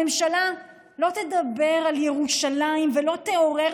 הממשלה לא תדבר על ירושלים ולא תעורר